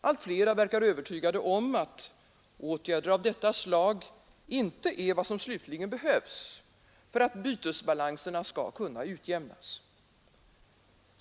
Allt flera verkar övertygade om att åtgärder av detta slag inte är vad som slutligen behövs för att bytesbalanserna skall kunna utjämnas.